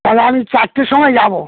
তাহলে আমি চারটের সময় যাব